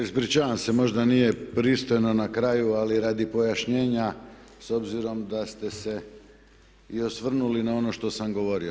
Ispričavam se, možda nije pristojno na kraju, ali radi pojašnjenja s obzirom da ste se i osvrnuli na ono što sam govorio.